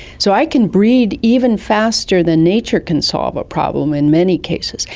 so i can breed even faster than nature can solve a problem in many cases,